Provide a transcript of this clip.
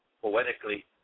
poetically